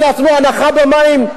שנתנו הנחה במים,